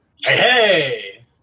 Hey